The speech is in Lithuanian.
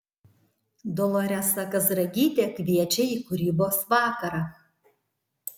doloresa kazragytė kviečia į kūrybos vakarą